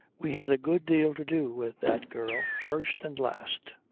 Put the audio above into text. we had a good deal to do with that girl first and last,